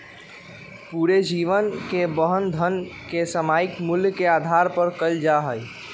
पूरे जीवन के वहन धन के सामयिक मूल्य के आधार पर कइल जा हई